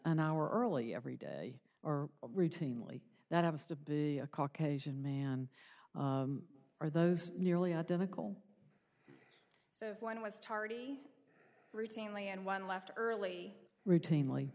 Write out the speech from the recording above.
an hour early every day or routinely that happens to be a caucasian man or those nearly identical so if one was tardy routinely and one left early routinely